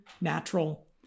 natural